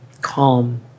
calm